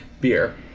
beer